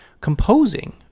composing